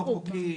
לא חוקי?